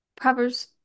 Proverbs